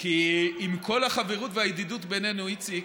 כי עם כל החברות והידידות בינינו, איציק,